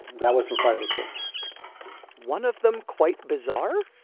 that wasn't part of the case one of them quite bizarre.